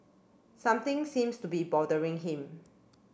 something seems to be bothering him